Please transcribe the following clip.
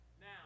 now